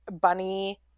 bunny